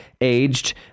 aged